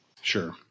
Sure